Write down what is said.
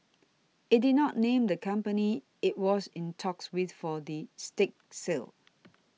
it did not name the company it was in talks with for the stake sale